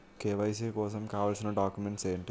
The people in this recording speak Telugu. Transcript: కే.వై.సీ కోసం కావాల్సిన డాక్యుమెంట్స్ ఎంటి?